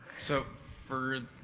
so for,